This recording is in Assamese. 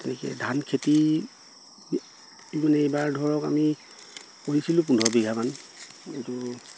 তেনেকে ধান খেতি ইমান এইবাৰ ধৰক আমি কৰিছিলোঁ পোন্ধৰ বিঘামান কিন্তটো